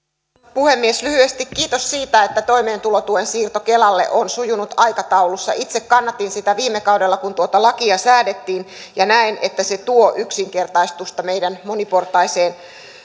puhemies lyhyesti kiitos siitä että toimeentulotuen siirto kelalle on sujunut aikataulussa itse kannatin sitä viime kaudella kun tuota lakia säädettiin ja näin että se tuo yksinkertaistusta meidän moniportaiseen